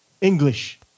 English